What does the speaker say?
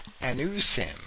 anusim